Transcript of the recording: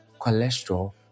cholesterol